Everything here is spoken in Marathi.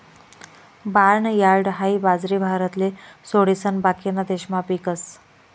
बार्नयार्ड हाई बाजरी भारतले सोडिसन बाकीना देशमा पीकस